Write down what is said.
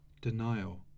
Denial